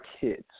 kids